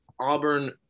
Auburn